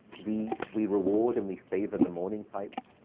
we we reward and we favor the morning types,